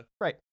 right